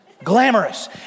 glamorous